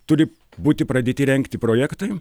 turi būti pradėti rengti projektai